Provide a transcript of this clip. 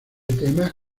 temas